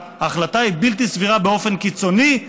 ההחלטה היא בלתי סבירה באופן קיצוני.